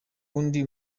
w’undi